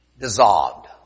dissolved